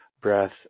breath